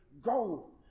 go